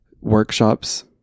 workshops